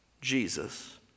Jesus